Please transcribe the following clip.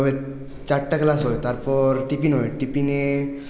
ওই ওইভাবে চারটা ক্লাস হয় তারপর টিফিন হয় টিফিনে